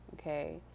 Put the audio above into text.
Okay